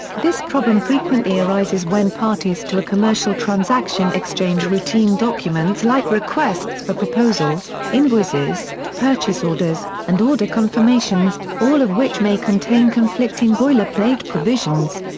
this problem frequently arises when parties to a commercial transaction exchange routine documents like requests for proposals, invoices, purchase orders, and order confirmations, all of which may contain conflicting boilerplate provisions.